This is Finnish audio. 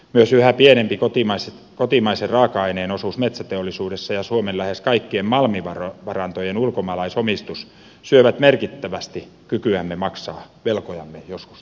myös yhä pienempi kotimaisen raaka aineen osuus metsäteollisuudessa ja suomen lähes kaikkien malmivarantojen ulkomaalaisomistus syövät merkittävästi kykyämme maksaa velkojamme joskus takaisin